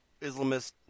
Islamists